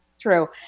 true